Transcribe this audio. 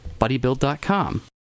BuddyBuild.com